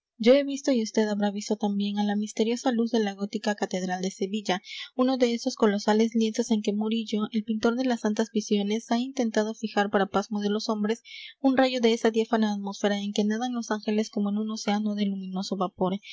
yo he visto y usted habrá visto también á la misteriosa luz de la gótica catedral de sevilla uno de esos colosales lienzos en que murillo el pintor de las santas visiones ha intentado fijar para pasmo de los hombres un rayo de esa diáfana atmósfera en que nadan los ángeles como en un océano de luminoso vapor